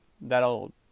that'll